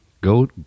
Go